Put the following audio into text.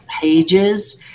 pages